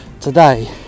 today